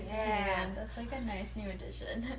yeah and that's like a nice new edition.